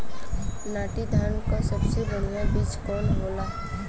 नाटी धान क सबसे बढ़िया बीज कवन होला?